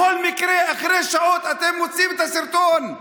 בכל מקרה אחרי שעות אתם מוציאים את הסרטון.